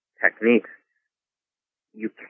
techniques—you